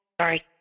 sorry